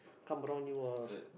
come around you uh